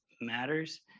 matters